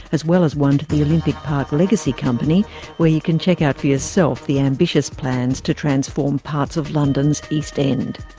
as well as one to the olympic park legacy company where you can check out for yourself the ambitious plans to transform parts of london's east end.